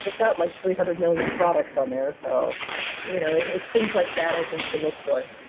got like three hundred million products on there. so you know it's things like that i think to look for.